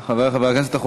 יושב-ראש הישיבה,